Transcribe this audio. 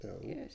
Yes